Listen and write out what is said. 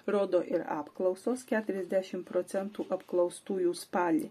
rodo ir apklausos keturiasdešim procentų apklaustųjų spalį